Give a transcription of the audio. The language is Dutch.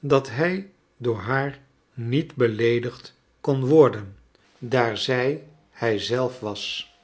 dat hij door haar niet beleedigd kon worden daar zij hij zelf was